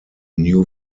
new